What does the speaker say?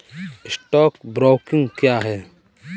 Stock broking क्या है?